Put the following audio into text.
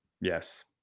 Yes